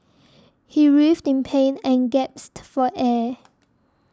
he writhed in pain and gasped for air